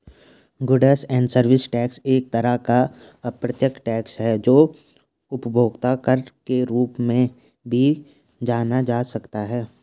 goods and service tax एक तरह का अप्रत्यक्ष टैक्स है जो उपभोक्ता कर के रूप में भी जाना जा सकता है